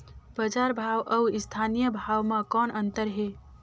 बजार भाव अउ स्थानीय भाव म कौन अन्तर हे?